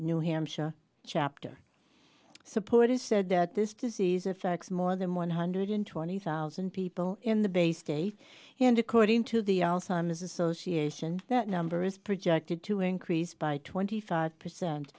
new hampshire chapter support is said that this disease affects more than one hundred twenty thousand people in the bay state and according to the alzheimer's association that number is projected to increase by twenty five percent